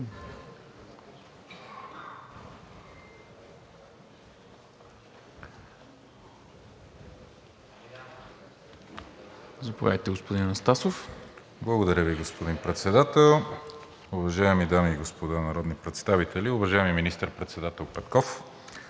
Благодаря Ви, господин Председател.